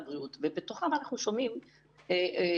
אנחנו שומעים את אנשי משרד הבריאות,